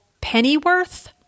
Pennyworth